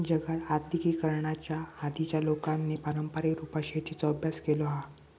जगात आद्यिगिकीकरणाच्या आधीच्या लोकांनी पारंपारीक रुपात शेतीचो अभ्यास केलो हा